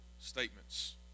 statements